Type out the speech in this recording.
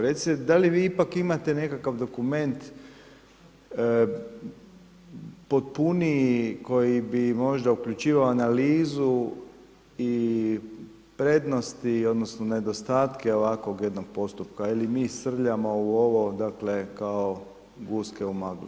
Recite da li vi ipak imate nekakav dokument potpuniji, koji bi možda uključivao analizu i prednosti odnosno, nedostatke, ovakvog jednog postupka, ili mi srljamo u ovo kao guske u maglu?